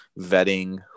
vetting